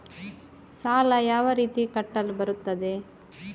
ಸಾಲ ಯಾವ ರೀತಿ ಕಟ್ಟಲು ಬರುತ್ತದೆ?